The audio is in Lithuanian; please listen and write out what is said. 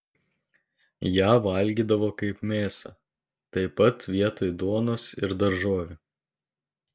ją valgydavo kaip mėsą taip pat vietoj duonos ir daržovių